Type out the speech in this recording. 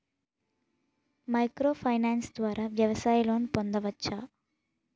Micro finance ద్వారా వ్యవసాయ loan పొందవచ్చా?